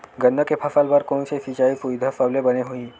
गन्ना के फसल बर कोन से सिचाई सुविधा सबले बने होही?